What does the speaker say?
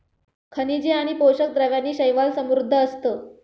खनिजे आणि पोषक द्रव्यांनी शैवाल समृद्ध असतं